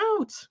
out